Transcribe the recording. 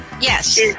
yes